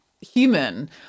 human